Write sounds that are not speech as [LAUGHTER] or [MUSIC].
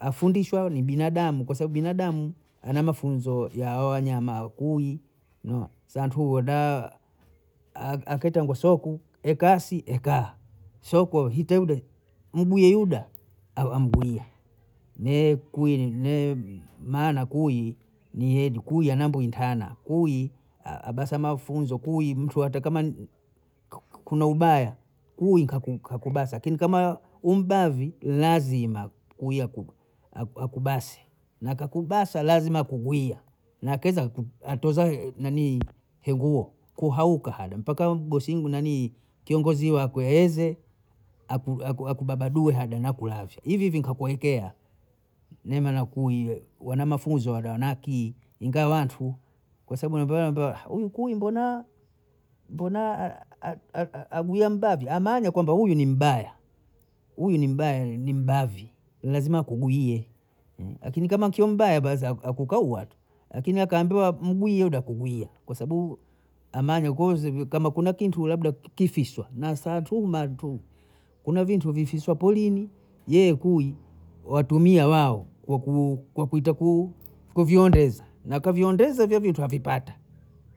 Afundishwa hawa ni binadamu kwa sabu binadamu ana mafunzo ya hawa Wanyama kuyi santuhu ada [HESITATION] akatangu soku ekasi hekaa, sokwe hiteudo ibwie yuda awa ambwiya ne kwili ne maana kuyi ni yedi kuyi ana mbwi intana, kuyi abasa mafunzo, kuyi mntu atakama kuna ubaya kuyi kakudasa akini kama uwi mbavi ni lazima kuyi [HESITATION] aku- akubase na akakubasa lazima akugwia, na keza [HESITATION] ku- atoza yeye ninii henguo kohauka hada mpaka mgosi nanii kiongozi wako yaeze akubadabue hada na kulavya hivihivi nkakuekea mimi nakuwiye wana mafunzo wale wana akiyi ingawa wantu kwa sabu imbayambiya huyu kuyi mbona mbona [HESITATION] ague mbavya amanya kwamba huyuni mbaya huyu ni mbaya ni mbavi ni lazima akugwiie lakini kio mbaya basi akukauwa watu lakini akaambiwa mgwie dakukugwia kwa sabu amanya konze ivyo kama kuna kintu labda ki- kifishwa nasatuna tu, kuna vintu vi fishwa porini, yeye kuyi watumia wao kwa kuitaku kuviondeza na kaviondeza hivyo vitu avipata,